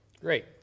Great